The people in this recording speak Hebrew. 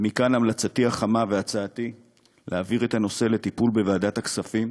ומכאן המלצתי החמה והצעתי להעביר את הנושא לטיפול בוועדת הכספים,